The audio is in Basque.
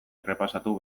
errepasatu